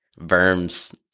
Verms